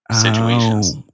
situations